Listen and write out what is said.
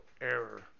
error